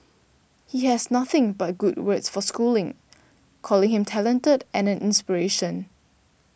he has nothing but good words for schooling calling him talented and an inspiration